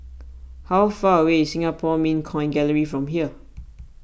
how far away is Singapore Mint Coin Gallery from here